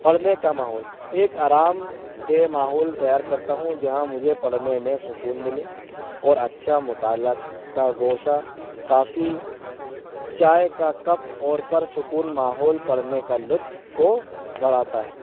پڑھنے کا ماحول ایک آرام دہ ماحول تیار کرتا ہوں جہاں مجھے پڑھنے میں سکون ملے اور اچھا مطالعہ کا گوشہ کافی چائے کا کپ اور پر سکون ماحول پڑھنے کا لطف کو بڑھاتا ہے